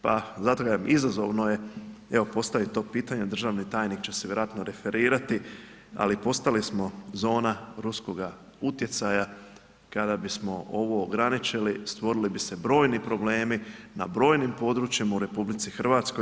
Pa zato kažem izazovno je evo postaviti to pitanje, državni tajnik će se vjerojatno referirati ali postali smo zona ruskoga utjecaja kada bismo ovo ograničili stvorili bi se brojni problemi na brojnim područjima u RH.